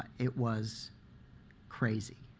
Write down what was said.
it was crazy.